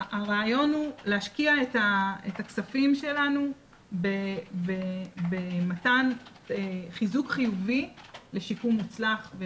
הרעיון הוא להשקיע את הכספים שלנו במתן חיזוק חיובי לשיקום מוצלח.